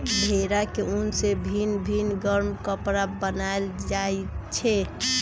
भेड़ा के उन से भिन भिन् गरम कपरा बनाएल जाइ छै